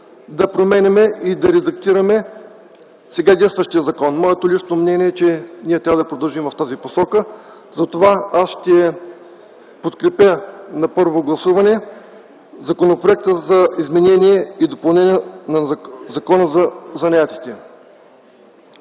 да променяме и да редактираме сега действащия закон. Моето лично мнение е, че ние трябва да продължим в тази посока, затова аз ще подкрепя на първо гласуване Законопроекта за изменение и допълнение на Закона за занаятите.